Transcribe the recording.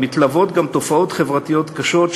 מתלוות גם תופעות חברתיות קשות,